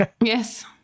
yes